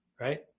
right